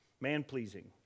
Man-pleasing